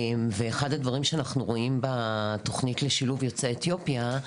אחד הדברים שאנחנו רואים בתוכנית לשילוב יוצאי אתיופיה,